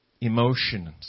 emotions